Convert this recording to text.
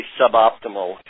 suboptimal